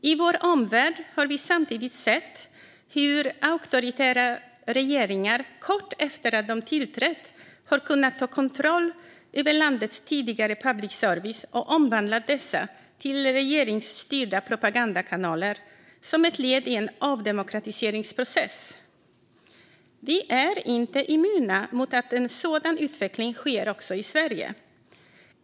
I vår omvärld har vi samtidigt sett hur auktoritära regeringar kort efter att de tillträtt har kunnat ta kontroll över landets tidigare public service och omvandla den till regeringsstyrda propagandakanaler, som ett led i en avdemokratiseringsprocess. Vi är inte immuna mot att en sådan utveckling sker också i Sverige.